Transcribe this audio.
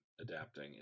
adapting